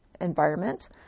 environment